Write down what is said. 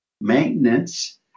Maintenance